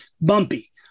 bumpy